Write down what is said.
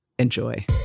Enjoy